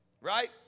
Right